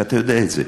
ואתה יודע את זה.